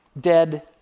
dead